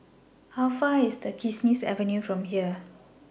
How Far away IS Kismis Avenue from here